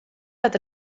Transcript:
dat